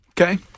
Okay